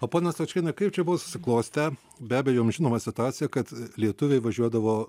o ponia stočkiene kaip čia buvo susiklostę be abejo jum žinoma situacija kad lietuviai važiuodavo